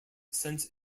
since